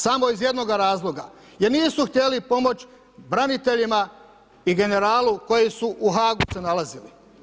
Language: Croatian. Samo iz jednoga razloga jer nisu htjeli pomoći braniteljima i generalu koji su u Haagu se nalazili.